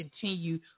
continue